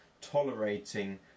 tolerating